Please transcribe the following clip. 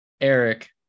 Eric